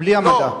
בלי המדע.